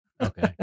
okay